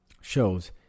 Shows